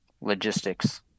Logistics